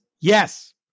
Yes